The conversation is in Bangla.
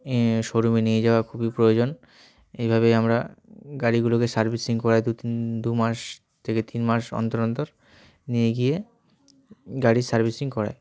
এ শোরুমে নিয়ে যাওয়া খুবই প্রয়োজন এইভাবে আমরা গাড়িগুলোকে সার্ভিসিং করাই দু তিন দু মাস থেকে তিন মাস অন্তর অন্তর নিয়ে গিয়ে গাড়ির সার্ভিসিং করাই